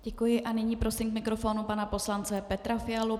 Děkuji a nyní prosím k mikrofonu pana poslance Petra Fialu.